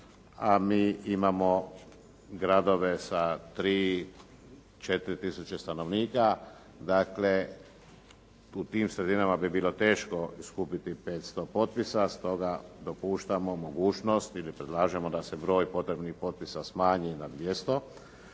a mi imamo gradove sa 3, 4 tisuće stanovnika dakle u tim sredinama bi bilo teško skupiti 500 potpisa. Stoga dopuštamo mogućnost ili predlažemo da se broj potrebnih potpisa smanji na 200